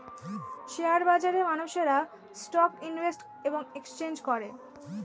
share বাজারে মানুষেরা stock invest এবং এক্সচেঞ্জ করে